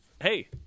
hey